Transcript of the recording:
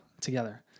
together